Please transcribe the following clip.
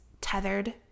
tethered